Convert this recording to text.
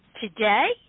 today